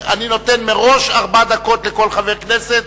אני נותן מראש ארבע דקות לכל חבר כנסת,